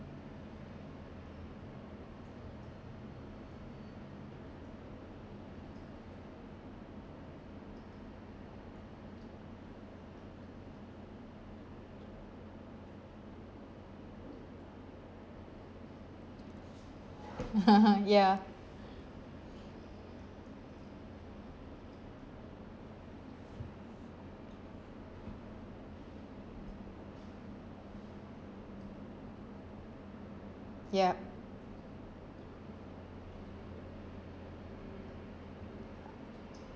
ya yup